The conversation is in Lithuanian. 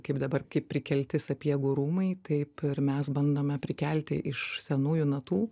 kaip dabar kaip prikelti sapiegų rūmai taip ir mes bandome prikelti iš senųjų natų